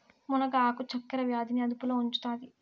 మునగ ఆకు చక్కర వ్యాధి ని అదుపులో ఉంచుతాది